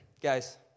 Guys